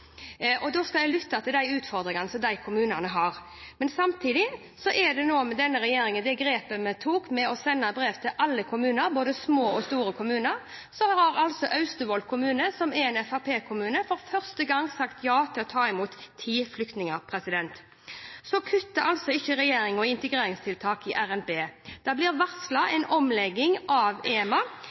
denne regjeringen tok med å sende brev til alle kommuner, både små og store, har altså Austevoll kommune, som er en Fremskrittsparti-kommune, for første gang sagt ja til å ta imot ti flyktninger. Så kutter altså ikke regjeringen i integreringstiltak i revidert nasjonalbudsjett. Det blir varslet en omlegging av